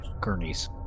gurneys